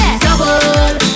Double